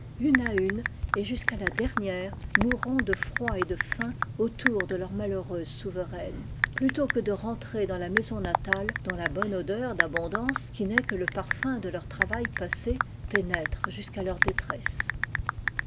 une à une et jusqu'à la dernière mourront de froid et de faim autour de leur malheureuse souveraine plutôt que de rentrer dans la maison natale dont la bonne odeur d'abondance qui n'est que le parfum de leur travail passé pénètre jusqu'à leur détresse